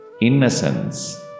Innocence